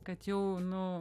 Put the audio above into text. kad jau nu